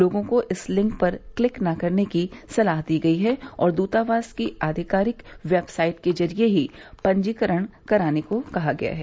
लोगों को इस लिंक पर क्लिक न करने की सलाह दी गई है और दूतावास की आधिकारिक वेबसाइट के जरिये ही पंजीकरण कराने को कहा गया है